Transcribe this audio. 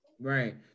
right